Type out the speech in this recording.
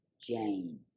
Jane